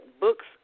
books